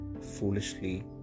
foolishly